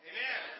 Amen